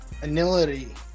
Anility